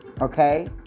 Okay